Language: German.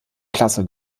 klasse